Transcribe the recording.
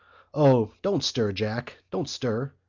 o, don't stir, jack, don't stir,